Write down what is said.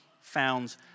found